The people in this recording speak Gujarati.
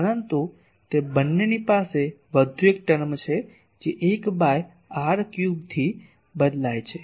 પરંતુ તે બંનેની પાસે વધુ એક ટર્મ છે જે 1 બાય r ક્યુબથી બદલાય છે